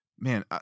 Man